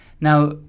Now